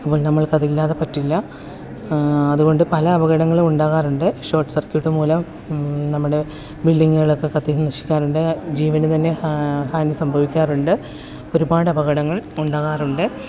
അപ്പോൾ നമ്മൾക്ക് അതില്ലാതെ പറ്റില്ല അതുകൊണ്ട് പല അപകടങ്ങളും ഉണ്ടാകാറുണ്ട് ഷോർട്ട് സർക്യൂട്ട് മൂലം നമ്മുടെ ബിൽഡിങ്ങുകളൊക്കെ കത്തി നശിക്കാറുണ്ട് ജീവന് തന്നെ ഹാനി സംഭവിക്കാറുണ്ട് ഒരുപാട് അപകടങ്ങൾ ഉണ്ടാകാറുണ്ട്